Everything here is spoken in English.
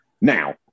Now